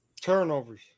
Turnovers